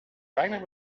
weinig